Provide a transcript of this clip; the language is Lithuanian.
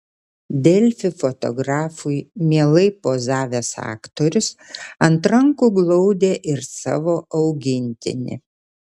delfi fotografui mielai pozavęs aktorius ant rankų glaudė ir savo augintinį